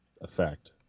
effect